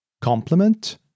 complement